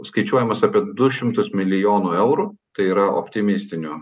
skaičiuojamas apie du šimtus milijonų eurų tai yra optimistiniu